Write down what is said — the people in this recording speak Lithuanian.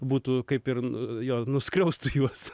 būtų kaip ir jo nuskriaustų juos